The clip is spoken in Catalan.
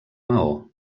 maó